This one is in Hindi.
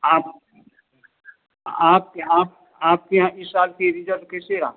आप आपके यहाँ आपके यहाँ इस साल का रिजल्ट कैसा रहा